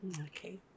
okay